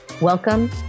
Welcome